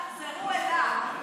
יתאכזרו אליו.